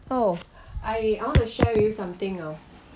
oh I I want to share with you something you know